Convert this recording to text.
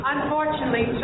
Unfortunately